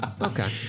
Okay